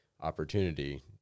opportunity